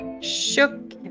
shook